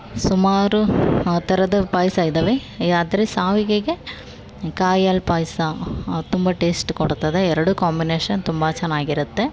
ಸುಮಾರು ಆ ಥರದ ಪಾಯಸ ಇದಾವೆ ಆದರೆ ಶಾವಿಗೆಗೆ ಕಾಯಿ ಹಾಲು ಪಾಯಸ ತುಂಬ ಟೇಸ್ಟ್ ಕೊಡ್ತದೆ ಎರಡು ಕಾಂಬಿನೇಷನ್ ತುಂಬ ಚೆನ್ನಾಗಿರುತ್ತೆ